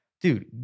dude